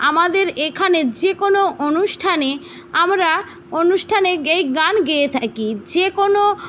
আমাদের এখানে যে কোনো অনুষ্ঠানে আমরা অনুষ্ঠানে এই গান গেয়ে থাকি যে কোনো